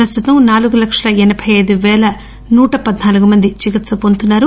ప్రస్తుతం నాలుగు లక్షల ఎనబై ఐదు పేల నూట పద్పాలుగు మంది చికిత్స వొందుతున్నారు